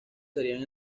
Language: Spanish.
serían